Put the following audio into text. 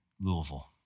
Louisville